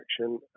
action